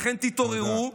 לכן תתעוררו,